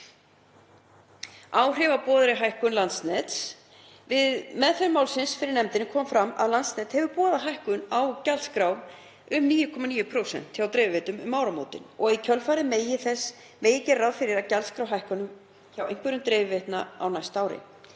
Áhrif af boðaðri hækkun Landsnets. Við meðferð málsins fyrir nefndinni kom fram að Landsnet hefur boðað hækkun á gjaldskrá um 9,9% hjá dreifiveitum um áramót og að í kjölfar þess megi gera ráð fyrir gjaldskrárhækkunum hjá einhverjum dreifiveitum á næsta ári.